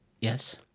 Yes